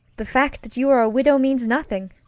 the fact that you are a widow means nothing.